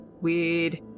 weird